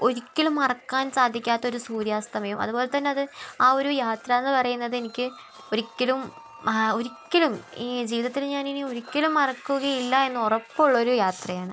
ഒരിക്കലും മറക്കാൻ സാധിക്കാത്ത ഒരു സൂര്യാസ്തമയം അതുപോലെ തന്നെ അത് ആ ഒരു യാത്ര എന്ന് പറയുന്നത് എനിക്ക് ഒരിക്കലും ഒരിക്കലും ജീവിതത്തിൽ ഞാൻ ഇനി ഒരിക്കലും മറക്കുകയില്ല എന്ന് ഉറപ്പുള്ള ഒരു യാത്രയാണ്